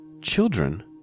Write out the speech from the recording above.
Children